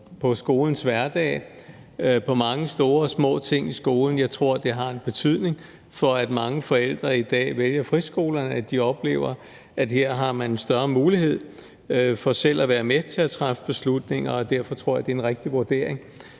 for forældrene at vælge folkeskolen. Jeg tror, at det har en betydning for, at mange forældre i dag vælger friskolerne, at de oplever, at her har man en større mulighed for selv at være med til at træffe beslutninger, og derfor tror jeg, det er en rigtig vurdering,